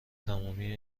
تمامی